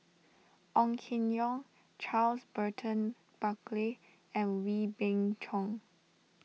Ong Keng Yong Charles Burton Buckley and Wee Beng Chong